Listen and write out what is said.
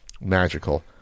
magical